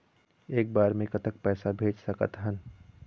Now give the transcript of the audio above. एक बार मे कतक पैसा भेज सकत हन?